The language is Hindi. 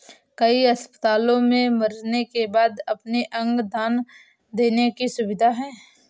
कई अस्पतालों में मरने के बाद अपने अंग दान देने की सुविधा है